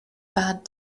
bad